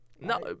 No